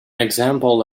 example